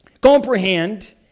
comprehend